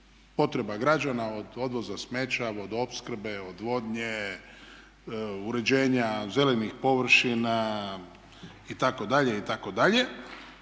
potreba građana od odvoza smeća, vodoopskrbe, odvodnje, uređenja zelenih površina itd.,itd..